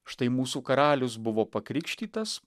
štai mūsų karalius buvo pakrikštytas